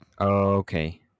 Okay